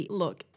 look